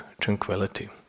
tranquility